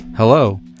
Hello